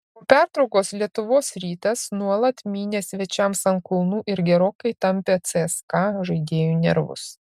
po pertraukos lietuvos rytas nuolat mynė svečiams ant kulnų ir gerokai tampė cska žaidėjų nervus